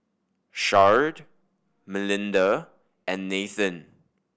Sharde Melinda and Nathen